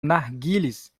narguilés